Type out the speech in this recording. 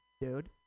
dude